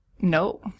No